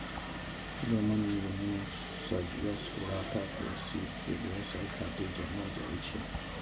Roman engineer Sergius Orata के सीप के व्यवसाय खातिर जानल जाइ छै